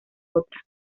otra